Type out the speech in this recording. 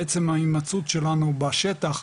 עצם ההמצאות שלנו בשטח,